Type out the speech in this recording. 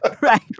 Right